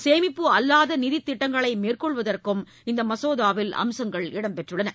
சேமிப்பு அல்லாத நிதித் திட்டங்களை மேற்கொள்வதற்கும் இந்த மசோதாவில் அம்சங்கள் இடம் பெற்றுள்ளன